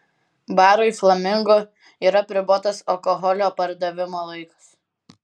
barui flamingo yra apribotas alkoholio pardavimo laikas